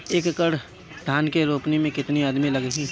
एक एकड़ धान के रोपनी मै कितनी आदमी लगीह?